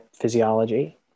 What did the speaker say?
physiology